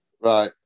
Right